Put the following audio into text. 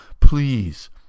Please